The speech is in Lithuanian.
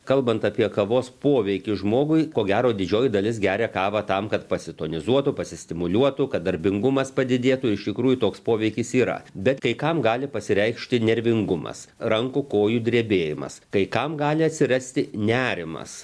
kalbant apie kavos poveikį žmogui ko gero didžioji dalis geria kavą tam kad pasitonizuotų pasistimuliuotų kad darbingumas padidėtų iš tikrųjų toks poveikis yra bet kai kam gali pasireikšti nervingumas rankų kojų drebėjimas kai kam gali atsirasti nerimas